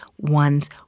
one's